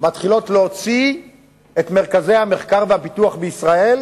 מתחילות להוציא את מרכזי המחקר והפיתוח מישראל,